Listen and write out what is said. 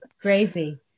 Crazy